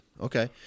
okay